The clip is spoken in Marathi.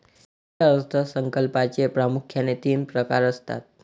केंद्रीय अर्थ संकल्पाचे प्रामुख्याने तीन प्रकार असतात